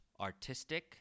artistic